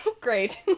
Great